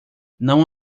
não